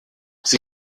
sie